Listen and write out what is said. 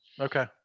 Okay